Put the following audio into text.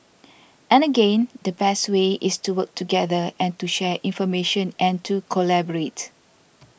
and again the best way is to work together and to share information and to collaborate